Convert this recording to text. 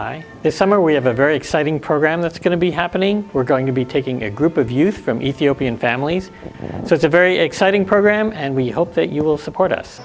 i this summer we have a very exciting programme that's going to be happening we're going to be taking a group of youths from ethiopian families so it's a very exciting program and we hope that you will support us